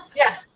yeah.